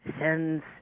sends